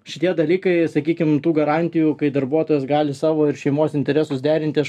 šitie dalykai sakykim tų garantijų kai darbuotojas gali savo ir šeimos interesus derinti aš